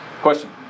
Question